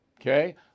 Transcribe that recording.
Okay